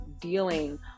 dealing